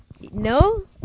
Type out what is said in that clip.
No